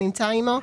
הנמצא עמו,